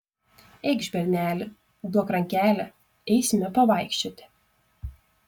eikš berneli duok rankelę eisime pavaikščioti